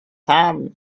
time